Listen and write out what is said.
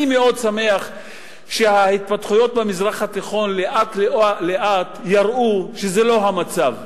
אני מאוד שמח שההתפתחויות במזרח התיכון לאט-לאט יראו שזה לא המצב.